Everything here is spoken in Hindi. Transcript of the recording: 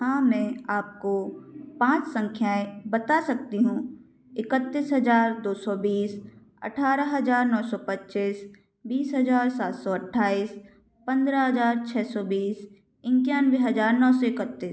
हाँ मैं आपको पाँच संख्याएँ बता सकती हूँ इकत्तीस हजार दो सौ बीस अठारह हजार नौ सौ पच्चीस बीस हजार सात सौ अट्ठाईस पंद्रह हजार छः सौ बीस इक्यानवे हजार नौ सौ इकत्तीस